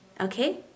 okay